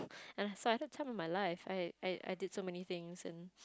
and so I had the time of my life I I I did so many things and